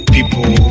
People